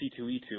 C2E2